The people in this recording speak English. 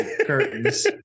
curtains